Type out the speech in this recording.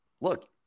look